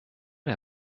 der